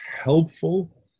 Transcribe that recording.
helpful